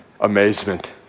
amazement